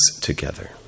together